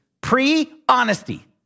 pre-honesty